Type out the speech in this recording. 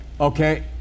Okay